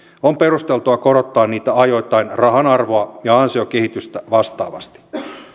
on perusteltua korottaa niitä ajoittain rahan arvoa ja ansiokehitystä vastaavasti